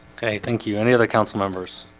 okay, thank you any other councilmembers